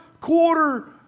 quarter